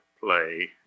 play